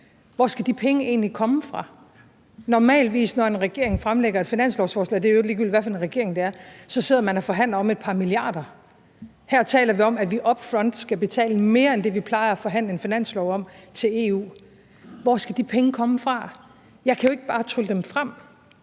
Hvor skal de penge egentlig komme fra? Normalt når en regering fremsætter et finanslovsforslag, og det er i øvrigt ligegyldigt, hvilken regering der er, sidder man og forhandler om et par milliarder kroner. Her taler vi om, at vi up front skal betale mere end det, vi plejer at forhandle om i en finanslov, til EU. Hvor skal de penge komme fra? Jeg kan jo ikke bare trylle dem frem,